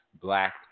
black